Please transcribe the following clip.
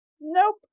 Nope